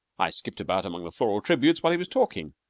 i skipped about among the floral tributes while he was talking.